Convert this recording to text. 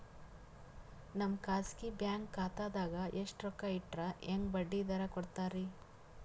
ನಮ್ಮ ಖಾಸಗಿ ಬ್ಯಾಂಕ್ ಖಾತಾದಾಗ ಎಷ್ಟ ರೊಕ್ಕ ಇಟ್ಟರ ಹೆಂಗ ಬಡ್ಡಿ ದರ ಕೂಡತಾರಿ?